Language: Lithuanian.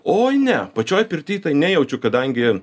oj ne pačioj pirty tai nejaučiu kadangi